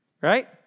right